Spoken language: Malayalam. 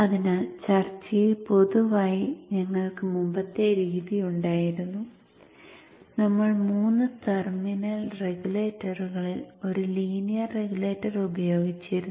അതിനാൽ ചർച്ചയിൽ പൊതുവായി ഞങ്ങൾക്ക് മുമ്പത്തെ രീതി ഉണ്ടായിരുന്നു നമ്മൾ മൂന്ന് ടെർമിനൽ റെഗുലേറ്ററുകളിൽ ഒരു ലീനിയർ റെഗുലേറ്റർ ഉപയോഗിച്ചിരുന്നു